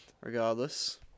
regardless